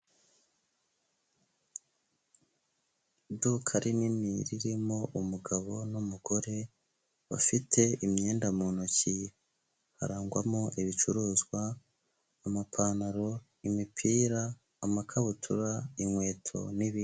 Iduka rinini ririmo umugabo n'umugore bafite imyenda mu ntoki, harangwamo ibicuruzwa amapantaro, imipira, amakabutura, inkweto n'ibi...